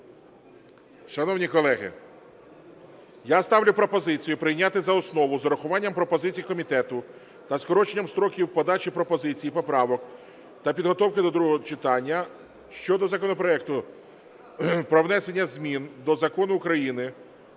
Шановні колеги, я ставлю пропозицію прийняти за основу з урахуванням пропозицій комітету та скороченням строків подачі пропозицій і поправок та підготовки до другого читання щодо законопроекту про внесення змін до Закону України